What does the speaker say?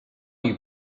you